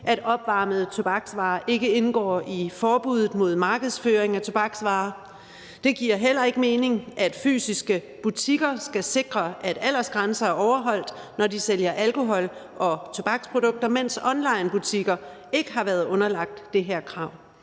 at opvarmede tobaksvarer ikke indgår i forbuddet mod markedsføring af tobaksvarer. Det giver heller ikke mening, at fysiske butikker skal sikre, at aldersgrænser er overholdt, når de sælger alkohol og tobaksprodukter, mens onlinebutikker ikke har været underlagt det her krav.